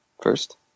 first